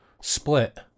split